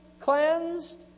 cleansed